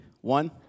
One